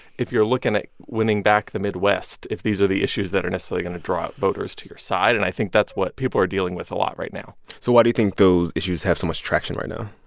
if you're looking at winning back the midwest, if these are the issues that are necessarily going to draw out voters to your side. and i think that's what people are dealing with a lot right now so why do you think those issues have so much traction right now?